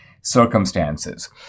circumstances